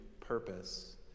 purpose